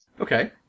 Okay